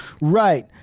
Right